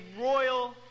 royal